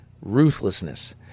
ruthlessness